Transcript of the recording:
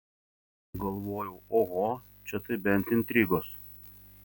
galvojau oho čia tai bent intrigos